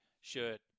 shirt